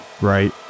right